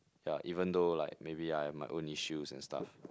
ya even though like maybe I have my own issues and stuff